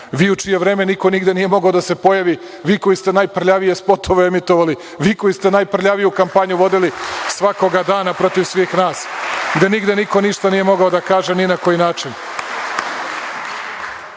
Vi u čije vreme niko nigde nije mogao da se pojavi, vi koji ste najprljavije spotove emitovali. Vi koji ste najprljaviju kampanju vodili svakoga dana protiv svih nas, gde niko ništa nije mogao da kaže ni na koji način. Vi